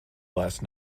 last